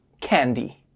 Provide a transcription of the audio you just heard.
Candy